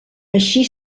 així